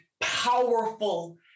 powerful